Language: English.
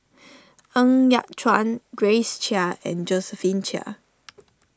Ng Yat Chuan Grace Chia and Josephine Chia